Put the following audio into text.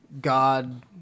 God